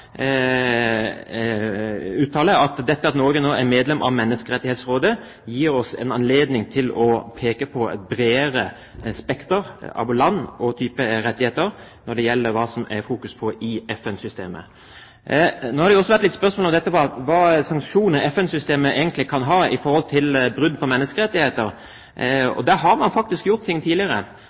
at når Norge nå er medlem av Menneskerettighetsrådet, gir det oss en anledning til å peke på et bredere spekter av land og type rettigheter knyttet til hva det er fokus på i FN-systemet. Nå har det også vært spørsmål om hvilke sanksjoner FN-systemet egentlig kan ha for brudd på menneskerettigheter. Der har man faktisk gjort noe tidligere.